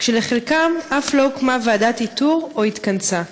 כשלחלקם אף לא הוקמה ועדת איתור או התכנסה.